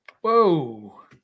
whoa